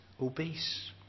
obese